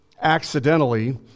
accidentally